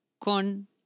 con